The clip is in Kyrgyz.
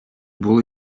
бул